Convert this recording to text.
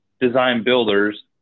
design-builders